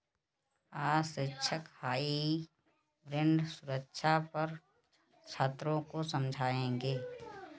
आज शिक्षक हाइब्रिड सुरक्षा पर छात्रों को समझाएँगे